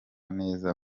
neza